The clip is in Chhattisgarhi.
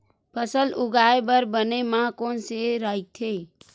फसल उगाये बर बने माह कोन से राइथे?